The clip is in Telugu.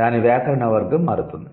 దాని వ్యాకరణ వర్గం మారుతుంది